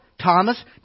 Thomas